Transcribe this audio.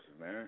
man